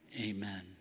Amen